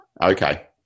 Okay